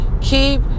keep